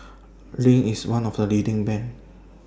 Rene IS one of The leading brands